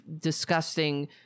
disgusting